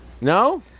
No